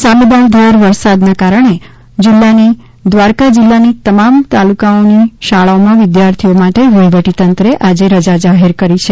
સાબેલાધાર વરસી રહેલા વરસાદના કારણે જિલ્લાની તમામ તાલુકાઓની શાળાઓમાં વિદ્યાર્થીઓ માટે વહીવટીતંત્રે આજે રજા જાહેર કરી છે